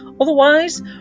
Otherwise